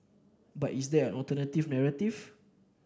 but is there an alternative narrative